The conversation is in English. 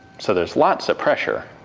so there's lots of pressure